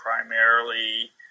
primarily